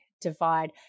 Divide